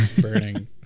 burning